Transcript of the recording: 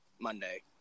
Monday